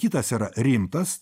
kitas yra rimtas